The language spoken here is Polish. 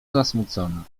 zasmucona